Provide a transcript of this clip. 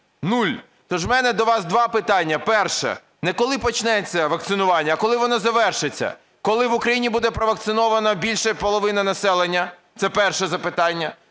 нуль! Тож у мене до вас два питання. Перше. Не коли почнеться вакцинування, а коли воно завершиться? Коли в Україні буде провакциновано більше половини населення? Це перше запитання.